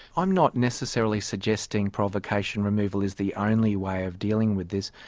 i'm not necessarily suggesting provocation removal is the only way of dealing with this.